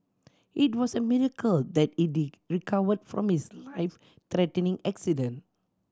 it was a miracle that he recovered from his life threatening accident